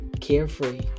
Carefree